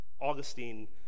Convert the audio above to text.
Augustine